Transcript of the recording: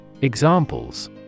Examples